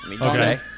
Okay